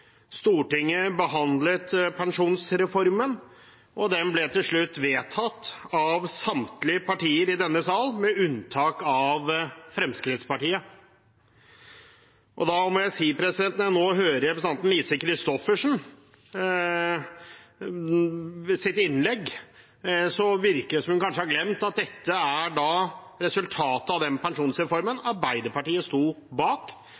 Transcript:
Stortinget behandlet pensjonsreformen, og den ble til slutt vedtatt av samtlige partier i denne sal, med unntak av Fremskrittspartiet. Da må jeg si at når jeg nå hører representanten Lise Christoffersens innlegg, virker det som om hun kanskje har glemt at dette er resultatet av den pensjonsreformen Arbeiderpartiet stod bak.